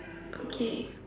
okay